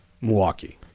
Milwaukee